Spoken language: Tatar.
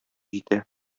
җитә